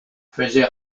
faisait